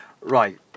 Right